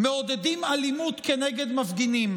מעודדים אלימות כנגד מפגינים.